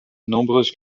nombreuses